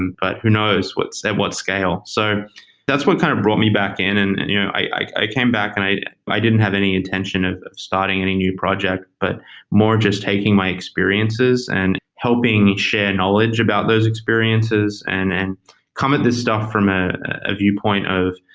and but who knows at what scale? so that's what kind of brought me back in. and and you know i came back and i i didn't have any intention of starting any new project but more just taking my experiences and helping share knowledge about those experiences and and come at this stuff from a viewpoint of,